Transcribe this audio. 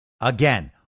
Again